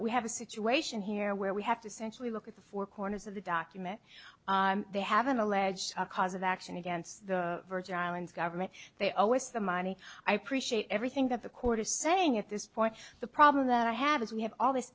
we have a situation here where we have to since we look at the four corners of the document they have an alleged cause of action against the virgin islands government they owe us the money i appreciate everything that the court is saying at this point the problem that i have is we have all th